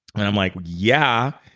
and i'm like yeah.